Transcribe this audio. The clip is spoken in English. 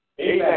Amen